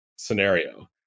scenario